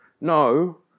No